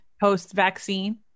post-vaccine